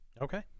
Okay